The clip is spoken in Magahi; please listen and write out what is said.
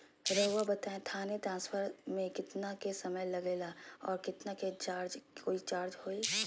रहुआ बताएं थाने ट्रांसफर में कितना के समय लेगेला और कितना के चार्ज कोई चार्ज होई?